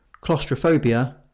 claustrophobia